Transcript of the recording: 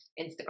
Instagram